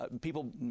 people